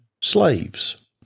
slaves